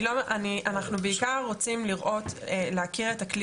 אנחנו בעיקר רוצים לראות ולהכיר את הכלי